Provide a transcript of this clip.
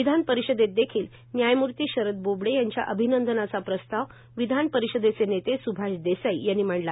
विधानपरिषदेत देखील न्यायमूर्ती शरद बोबडे यांच्या अभिनंदन प्रस्ताव विधान परिषदेचे नेते सुभाष देसाई यांनी मांडला